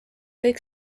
kõik